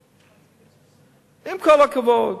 עם כל הכבוד.